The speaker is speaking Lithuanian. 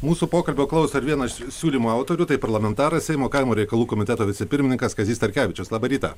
mūsų pokalbio klaus ar vienas siūlymo autorių tai parlamentaras seimo kaimo reikalų komiteto vicepirmininkas kazys starkevičius labą rytą